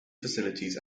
facilities